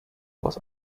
was